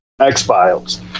X-Files